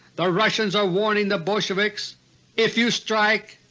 the russians are warning the bolsheviks if you strike,